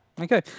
Okay